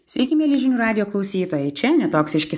sveiki mieli žinių radijo klausytojai čia netoksiški